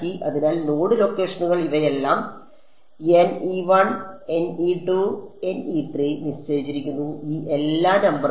അതിനാൽ നോഡ് ലൊക്കേഷനുകൾ ഇവയെല്ലാം നിശ്ചയിച്ചിരിക്കുന്നു ഈ എല്ലാ നമ്പറുകളും